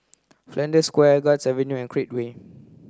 Flanders Square Guards Avenue and Create Way